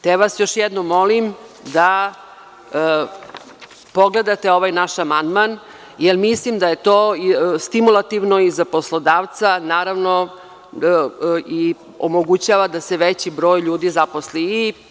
Te vas još jednom molim da pogledate ovaj naš amandman, jer mislim da je to stimulativno i za poslodavca, naravno i omogućava da se veći broj ljudi zaposli.